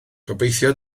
gobeithio